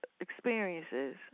experiences